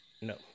No